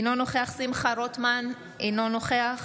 אינו נוכח שמחה רוטמן, אינו נוכח